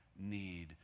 need